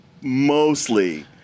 mostly